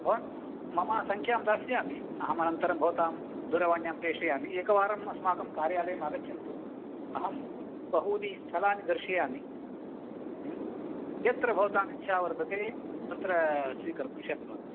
भवन्तः मम सङ्ख्यां दास्यामि अहमनन्तरं भवतां दूरवाण्यां प्रेषयामि एकवारम् अस्माकम् कार्यालयमागच्छन्तु अहं बहूनि स्थलानि दर्शयामि यत्र भवतामिच्छा वर्तते तत्र स्वीकर्तुं शक्नुवन्ति